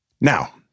Now